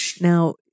Now